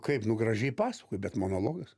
kaip nu gražiai pasakoji bet monologas